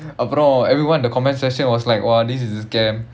அப்புறம்:appuram everyone the comments section was like !wah! this is a scam